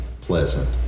pleasant